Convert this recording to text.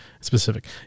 specific